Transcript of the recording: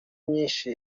myinshi